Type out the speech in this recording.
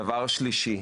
דבר שלישי,